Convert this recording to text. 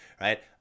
right